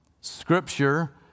Scripture